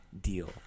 deal